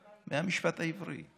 זה מהמשפט העברי,